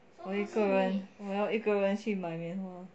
我一个人我要一个人去买棉花